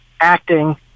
acting